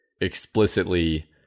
explicitly